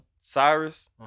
Cyrus